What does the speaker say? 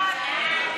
ההצעה